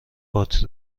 باتری